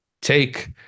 take